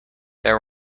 there